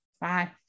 Bye